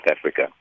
Africa